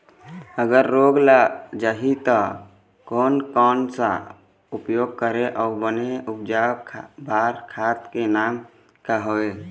अगर रोग लग जाही ता कोन कौन सा उपाय करें अउ बने उपज बार खाद के नाम का हवे?